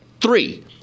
Three